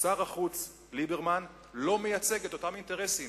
שר החוץ ליברמן לא מייצג את אותם אינטרסים,